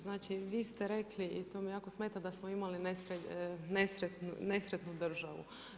Znači vi ste rekli i to me jako smeta, da smo imali nesretnu državu.